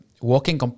walking